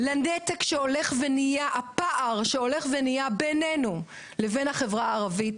לנתק ולפער שהולך וגדל בנינו לבין החברה הערבית.